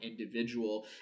individual